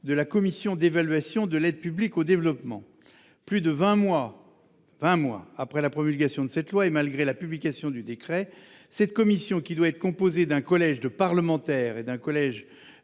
de la commission d'évaluation de l'aide publique au développement. Plus de 20 mois, 20 mois après la promulgation de cette loi et malgré la publication du décret. Cette commission qui doit être composée d'un collège de parlementaires et d'un collège